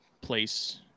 place